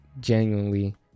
genuinely